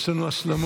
יש לנו השלמות.